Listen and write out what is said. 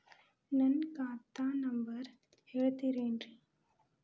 ನನ್ನ ಖಾತಾ ನಂಬರ್ ಹೇಳ್ತಿರೇನ್ರಿ?